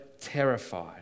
terrified